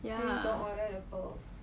ya